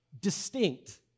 distinct